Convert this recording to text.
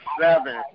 seven